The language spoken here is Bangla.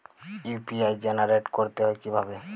ইউ.পি.আই জেনারেট করতে হয় কিভাবে?